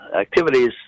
activities